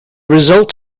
result